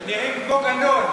אתם נראים כמו גנון.